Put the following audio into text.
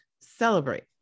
celebrate